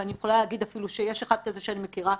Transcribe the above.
ואני יכולה להגיד אפילו שיש אחד כזה שאני מכירה,